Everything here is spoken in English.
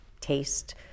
taste